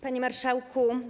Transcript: Panie Marszałku!